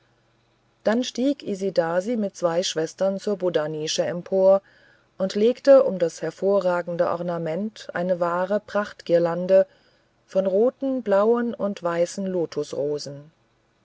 dann stieg isidasi mit zwei schwestern zur buddhanische empor und legte um das hervorragende ornament eine wahre prachtgirlande von roten blauen und weißen